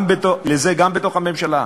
לזה גם בתוך הממשלה.